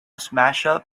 smashup